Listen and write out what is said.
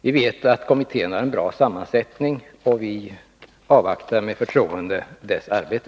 Vi vet att kommittén har en bra sammansättning, och vi avvaktar med förtroende dess arbete.